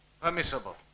permissible